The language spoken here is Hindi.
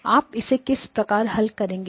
आप इसे किस प्रकार हल करेंगे